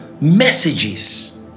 messages